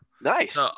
Nice